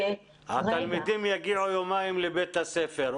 התלמידים יגיעו יומיים לבית הספר,